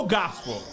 gospel